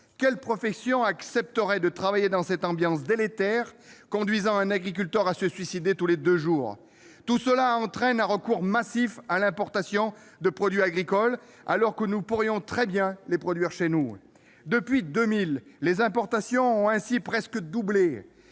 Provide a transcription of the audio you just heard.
Quelle profession accepterait de travailler dans cette ambiance délétère, qui conduit un agriculteur à se suicider tous les deux jours ? Eh oui ! Tout cela entraîne un recours massif à l'importation de produits agricoles que nous pourrions très bien produire chez nous ! Bien sûr ! Depuis 2000, les importations ont ainsi presque doublé.